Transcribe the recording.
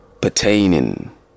pertaining